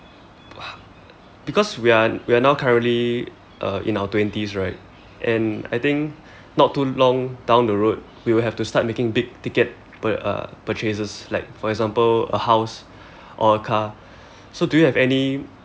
because we are we are now currently uh in our twenties right and I think not too long down the road we will have to start making big ticket uh purchases like for example a house or a car so do you have any